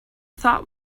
thought